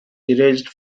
erased